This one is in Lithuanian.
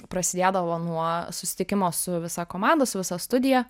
prasidėdavo nuo susitikimo su visa komanda su visa studija